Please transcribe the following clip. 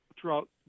throughout